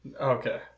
Okay